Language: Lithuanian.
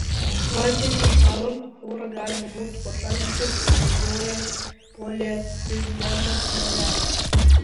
vandeniui šąlant orą galima būtų pašalinti naudojant polietileno plėvelę